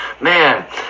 Man